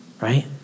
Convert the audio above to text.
right